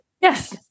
Yes